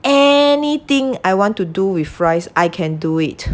anything I want to do with rice I can do it